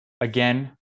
Again